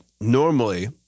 normally